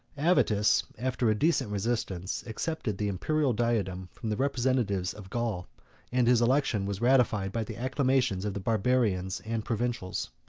avitus, after a decent resistance, accepted the imperial diadem from the representatives of gaul and his election was ratified by the acclamations of the barbarians and provincials.